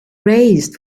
raised